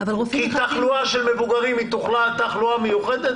כי תחלואה של מבוגרים היא תחלואה מיוחדת